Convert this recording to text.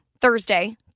Thursday